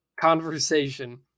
conversation